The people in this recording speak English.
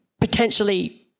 potentially